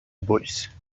bruce